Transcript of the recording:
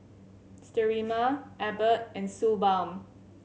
Sterimar Abbott and Suu Balm